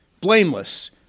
Blameless